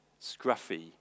scruffy